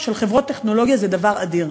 מרכזי פיתוח של חברות טכנולוגיה זה דבר אדיר,